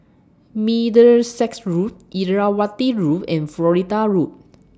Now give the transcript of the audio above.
Middlesex Road Irrawaddy Road and Florida Road